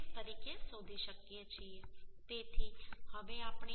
25 તરીકે શોધી શકીએ છીએ